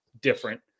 different